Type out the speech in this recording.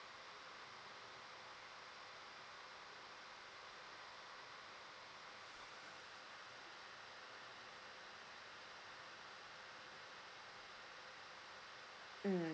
mm